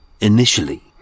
Initially